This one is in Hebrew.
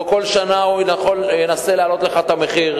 פה כל שנה הוא ינסה להעלות לך את המחיר,